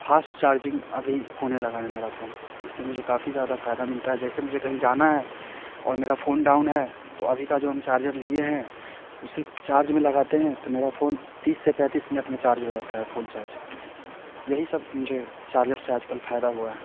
fast charging अभी होने लगा है मेरा फोन इससे मुझे काफ़ी ज़्यादा फायदा मिलता है जैसे मुझे कहीं जाना है और मेरा फ़ोन डाउन है तो अभी को जो हम चार्जर लिए हैं उसे चार्ज में लगाते हैं तो मेरा फ़ोन तीस से पैंतीस मिनट में चार्ज हो जाता है फुल चार्ज यही सब मुझे चार्जर से आजकल फायदा हुआ है